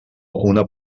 una